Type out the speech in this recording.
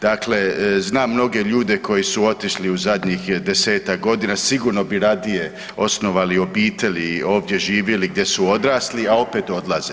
Dakle, znam mnoge ljude koji su otišli u zadnjih 10-tak godina, sigurno bi radije osnovali obitelj i ovdje živjeli gdje su odrasli, a opet odlaze.